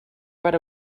per